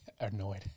Annoyed